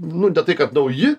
nu ne tai kad nauji